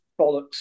bollocks